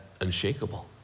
unshakable